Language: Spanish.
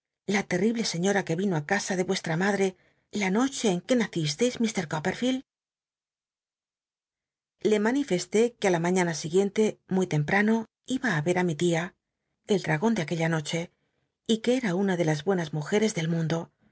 la lel'rible sciíota que vino i casa de vucslta madre la noche en que nacisteis mr copperfield le manifesté que á la maiíana siguiente muy temprano iba ver li mi tia el dtagon de aquella noche y que era una de las buenas mujeres del mundo